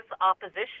opposition